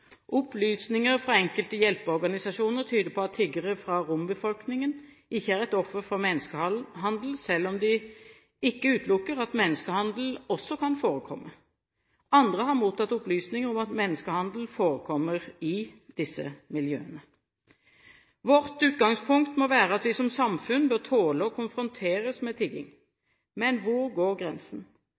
Opplysninger fra enkelte hjelpeorganisasjoner tyder på at tiggere fra rombefolkningen ikke er offer for menneskehandel, selv om de ikke utelukker at menneskehandel også kan forekomme. Andre har mottatt opplysninger om at menneskehandel forekommer i disse miljøene. Vårt utgangspunkt må være at vi som samfunn bør tåle å konfronteres med tigging. Men hvor går grensen?